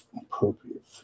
appropriate